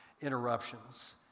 interruptions